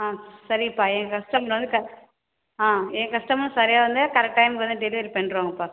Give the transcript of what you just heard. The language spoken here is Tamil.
ஆ சரிப்பா என் கஸ்டம்லேருந்து கஸ் என் கஸ்டமர் சரியாக வந்து கரெக்ட் டைம்க்கு வந்து டெலிவரி பண்ணிடுவாங்கப்பா